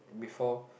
before